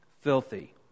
filthy